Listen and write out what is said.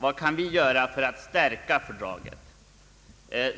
Vad kan vi göra för att stärka fördraget?